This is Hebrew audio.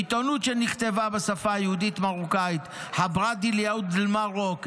עיתונות שנכתבה בשפה היהודית מרוקאית: ח'באראת דל-יהוד דל-מארוק,